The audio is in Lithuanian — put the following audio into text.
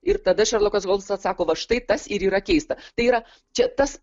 ir tada šerlokas holmsas sako va štai tas ir yra keista tai yra čia tas